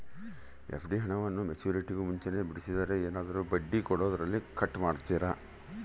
FD ಹಣವನ್ನು ಮೆಚ್ಯೂರಿಟಿಗೂ ಮುಂಚೆನೇ ಬಿಡಿಸಿದರೆ ಏನಾದರೂ ಬಡ್ಡಿ ಕೊಡೋದರಲ್ಲಿ ಕಟ್ ಮಾಡ್ತೇರಾ?